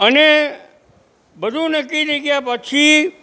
અને બધું નક્કી થઈ ગયા પછી